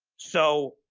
so,